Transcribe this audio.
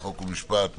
חוק ומשפט בנושא: